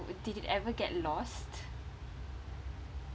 did it ever get lost